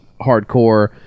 hardcore